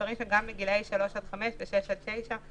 וגם בגילאי שלוש חמש ושש תשע.